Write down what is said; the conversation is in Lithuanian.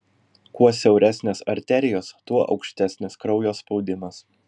kuo siauresnės arterijos tuo aukštesnis kraujo spaudimas